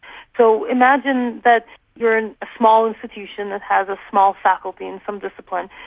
so imagine that you are in a small institution that has a small faculty in some discipline,